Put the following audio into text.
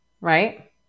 right